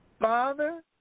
Father